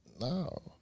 No